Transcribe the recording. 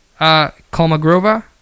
Kalmagrova